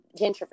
gentrification